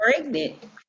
pregnant